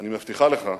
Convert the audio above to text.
אני מבטיחה לך,